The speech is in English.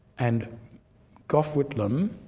and gough whitlam,